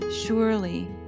surely